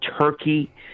Turkey